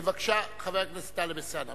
בבקשה, חבר הכנסת טלב אלסאנע.